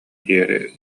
диэри